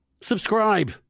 Subscribe